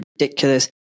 ridiculous